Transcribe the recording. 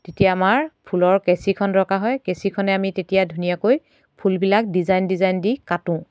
তেতিয়া আমাৰ ফুলৰ কেঁচিখন দৰকাৰ হয় কেঁচিখনে আমি তেতিয়া ধুনীয়াকৈ ফুলবিলাক ডিজাইন ডিজাইন দি কাটোঁ